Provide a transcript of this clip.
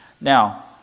Now